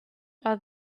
are